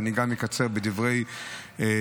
גם אני אקצר בדברי תשובתי.